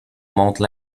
montre